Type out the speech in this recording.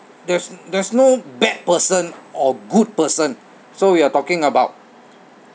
there's there's no bad person or good person so we are talking about